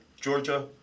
Georgia